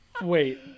Wait